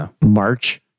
March